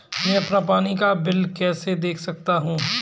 मैं अपना पानी का बिल कैसे देख सकता हूँ?